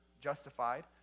justified